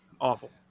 Awful